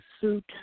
suit